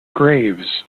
graves